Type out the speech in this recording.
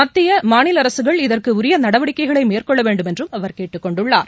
மத்திய மாநில அரசுகள் இதற்கு உரிய நடவடிக்கைகள் மேற்கொள்ள வேண்டும் என்றும் அவர் கேட்டுக் கொண்டுள்ளார்